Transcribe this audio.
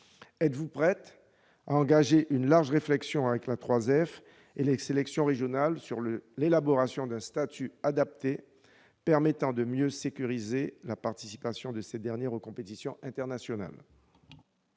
Êtes-vous prête à engager une large réflexion avec la FFF et les sélections régionales sur l'élaboration d'un statut adapté permettant de mieux sécuriser la participation de ces dernières aux compétitions internationales ?